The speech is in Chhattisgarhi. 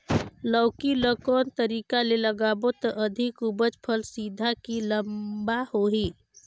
लौकी ल कौन तरीका ले लगाबो त अधिक उपज फल सीधा की लम्बा होही?